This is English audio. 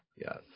Yes